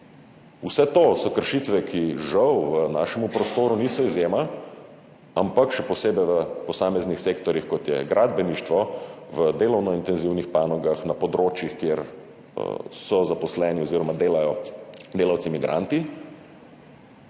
Vse to so kršitve, ki žal v našem prostoru niso izjema, ampak so še posebej v posameznih sektorjih, kot je gradbeništvo, v delovno intenzivnih panogah, na področjih, kjer so zaposleni oziroma delajo delavci migranti,